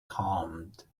calmed